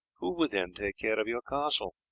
who would then take care of your castle?